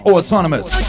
Autonomous